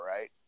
right